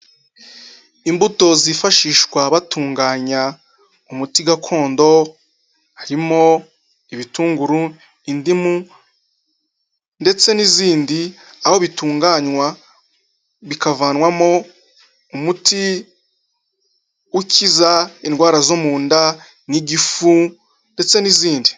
Imbuto zifashishwa batunganya umuti gakondo harimo: ibitunguru, indimu ndetse n'izindi, aho bitunganywa bikavanwamo umuti ukiza indwara zo mu nda n'igifu ndetse n'izindi.